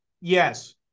Yes